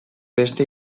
beste